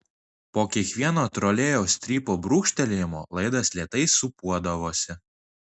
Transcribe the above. po kiekvieno trolėjaus strypo brūkštelėjimo laidas lėtai sūpuodavosi